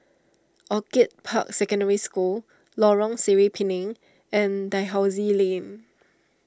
Orchid Park Secondary School Lorong Sireh Pinang and Dalhousie Lane